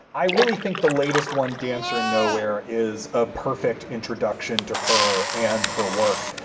i really think the latest one dancer nowhere is a perfect introduction to her and her work.